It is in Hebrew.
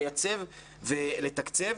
לייצב ולתקצב.